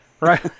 Right